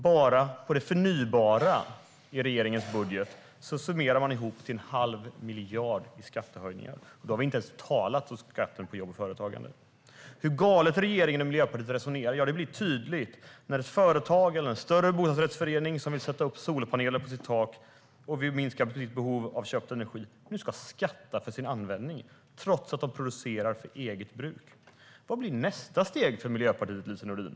Bara när det gäller det förnybara i regeringens budget går det att summera en halv miljard i skattehöjningar. Då har vi inte ens talat om skatten på jobb och företagande. Hur galet regeringen och Miljöpartiet har resonerat blir tydligt när ett företag eller en större bostadsrättsförening som vill sätta upp solpaneler på sitt tak och minska sitt behov av köpt energi nu ska skatta för sin användning, trots att de producerar för eget bruk. Vad blir nästa steg för Miljöpartiet och Lise Nordin?